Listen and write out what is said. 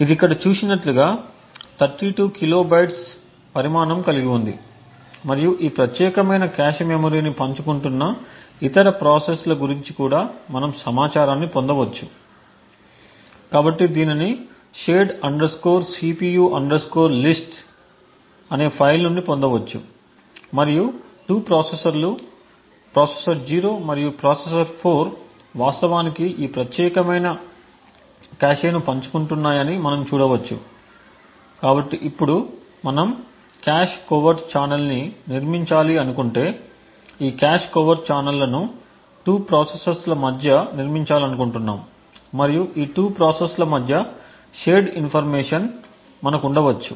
ఇది ఇక్కడ చూసినట్లుగా 32 కిలోబైట్స్ పరిమాణం కలిగి ఉంది మరియు ఈ ప్రత్యేకమైన కాష్ మెమరీని పంచుకుంటున్న ఇతర ప్రాసెస్ల గురించి కూడా మనం సమాచారాన్ని పొందవచ్చు కాబట్టి దీనిని shared cpu list ఫైల్ నుండి పొందవచ్చు మరియు రెండు ప్రాసెసర్లు ప్రాసెసర్ 0 మరియు ప్రాసెసర్ 4 వాస్తవానికి ఈ ప్రత్యేకమైన కాష్ను పంచుకుంటున్నాయని మనం చూడవచ్చు కాబట్టి ఇప్పుడు మనం కాష్ కోవర్ట్ ఛానెల్ని నిర్మించాలనుకుంటే ఈ కాష్ కోవర్ట్ ఛానెల్లను రెండు ప్రాసెస్ల మధ్య నిర్మించాలనుకుంటున్నాము మరియు ఈ రెండు ప్రాసెస్ల మధ్య షేర్డ్ ఇన్ఫర్మేషన్ మనకు ఉండవచ్చు